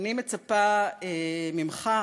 "אני מצפה ממך",